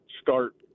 start